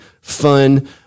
fun